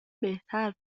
بهترتر